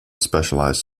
specialized